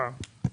אה,